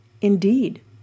Indeed